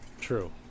True